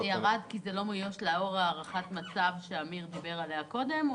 זה ירד כי זה לא מאויש לאור הערכת המצב שאמיר דיבר עליה קודם,